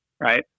Right